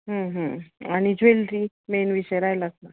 हं हं आणि ज्वेलरी मेन विषय राहिलाच ना